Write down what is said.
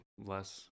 less